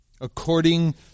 According